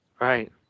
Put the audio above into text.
Right